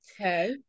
Okay